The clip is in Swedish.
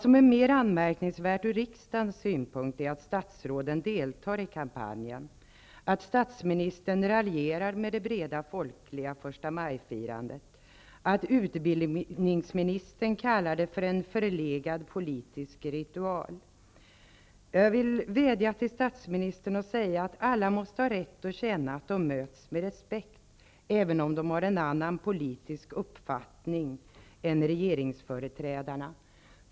Än mer anmärkningsvärt ur riksdagens synpunkt är att statsråden deltar i kampanjen, att statsministern raljerar med det breda folkliga förstamajfirandet och att utbildningsministern kallar det för en förlegad politisk ritual. Jag vill vädja till statsministern och säga att alla måste ha rätt att känna att de möts med respekt även om de har en annan politisk uppfattning än regeringsföreträdarna.